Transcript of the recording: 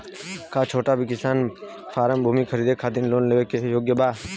का छोटा किसान फारम भूमि खरीदे खातिर लोन के लिए योग्य बा?